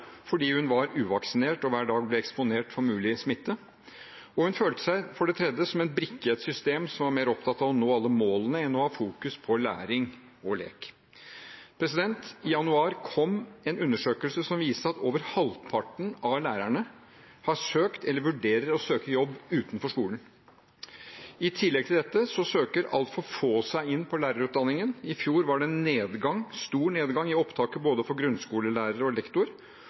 fordi hun var uvaksinert og hver dag ble eksponert for mulig smitte, og hun følte seg for det tredje som en brikke i et system som var mer opptatt av å nå alle målene enn å ha fokus på læring og lek. I januar kom en undersøkelse som viste at over halvparten av lærerne har søkt eller vurderer å søke jobb utenfor skolen. I tillegg til dette søker altfor få seg inn på lærerutdanningen. I fjor var det nedgang – stor nedgang – i opptaket for både grunnskolelærer og lektor,